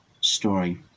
story